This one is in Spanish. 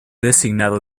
designado